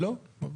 לא.